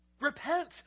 repent